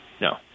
No